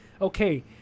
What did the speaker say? Okay